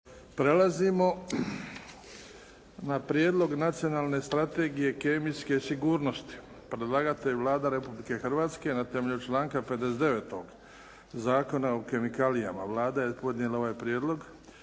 točku. - Prijedlog Nacionalne strategije kemijske sigurnosti, Predlagatelj: Vlada Republike Hrvatske Na temelju članka 59. Zakona o kemikalijama Vlada je podnijela ovaj prijedlog.